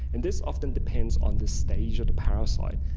and this often depends on the stage of the parasite.